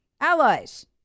allies